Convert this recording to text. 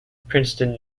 princeton